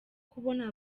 kubona